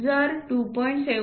जर 2